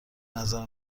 نظر